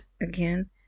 again